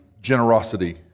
generosity